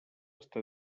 està